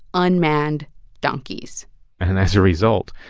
unmanned donkeys and as a result,